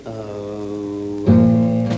away